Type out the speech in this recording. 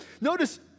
notice